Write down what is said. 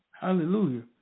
Hallelujah